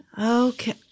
Okay